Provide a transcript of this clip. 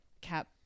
Cap